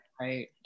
Right